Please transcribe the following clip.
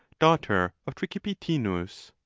daughter of tricipitinus.